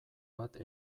bat